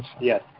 Yes